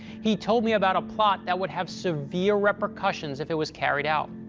he told me about a plot that would have severe repercussions if it was carried out.